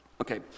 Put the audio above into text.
Okay